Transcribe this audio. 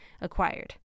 acquired